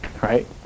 Right